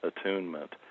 attunement